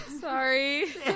Sorry